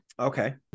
Okay